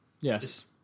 Yes